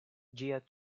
ĝia